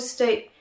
State